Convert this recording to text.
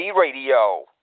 Radio